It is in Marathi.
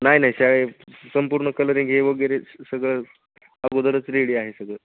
नाही नाही शाळेत संपूर्ण कलरिंग हे वगैरे स सगळं अगोदरच रेडी आहे सगळं